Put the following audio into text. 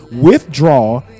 withdraw